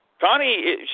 Connie